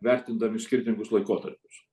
vertindami skirtingus laikotarpius